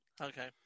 Okay